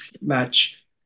match